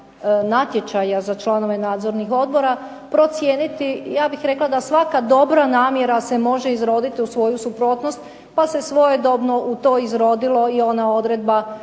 natječajima za članove nadzornih odbora procijeniti ja bih rekla da svaka dobra namjera se može izroditi u svoju suprotnost pa se svojedobno u to izrodilo i ona odredba